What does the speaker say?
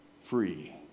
free